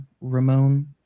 Ramone